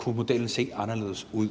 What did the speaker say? på, om modellen kunne se anderledes ud.